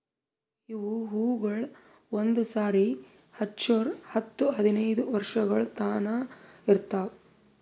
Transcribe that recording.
ಇವು ಹೂವುಗೊಳ್ ಒಂದು ಸಾರಿ ಹಚ್ಚುರ್ ಹತ್ತು ಹದಿನೈದು ವರ್ಷಗೊಳ್ ತನಾ ಇರ್ತಾವ್